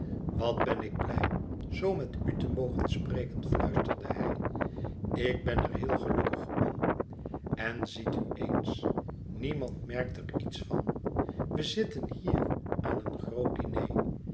wat ben ik blij zoo met u te mogen spreken fluisterde hij ik ben er heel gelukkig om en ziet u eens niemand merkt er iets van we zitten hier aan een groot diner